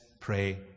pray